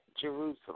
Jerusalem